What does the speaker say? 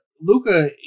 Luca